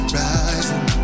rising